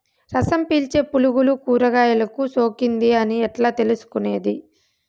రసం పీల్చే పులుగులు కూరగాయలు కు సోకింది అని ఎట్లా తెలుసుకునేది?